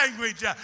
language